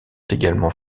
également